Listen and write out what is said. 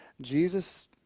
jesus